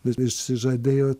ir išsižadėjo